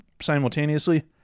simultaneously